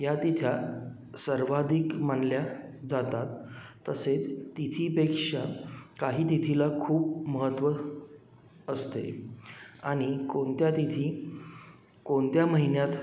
या तिथ्या सर्वाधिक मानल्या जातात तसेच तिथीपेक्षा काही तिथीला खूप महत्त्व असते आणि कोणत्या तिथी कोणत्या महिन्यात